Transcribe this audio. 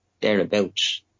thereabouts